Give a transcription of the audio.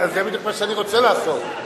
זה בדיוק מה שאני רוצה לעשות.